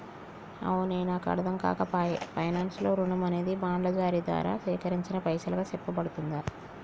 అవునే నాకు అర్ధంకాక పాయె పైనాన్స్ లో రుణం అనేది బాండ్ల జారీ దారా సేకరించిన పైసలుగా సెప్పబడుతుందా